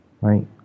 Right